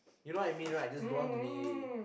you know I mean right just don't want to be